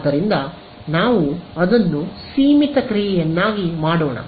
ಆದ್ದರಿಂದ ನಾವು ಅದನ್ನು ಸೀಮಿತ ಕ್ರಿಯೆಯನ್ನಾಗಿ ಮಾಡೋಣ